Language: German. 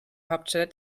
hauptstadt